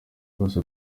rwose